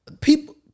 people